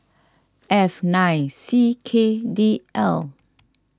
F nine C K D L